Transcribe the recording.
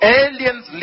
aliens